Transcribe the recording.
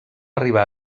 arribar